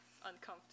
uncomfortable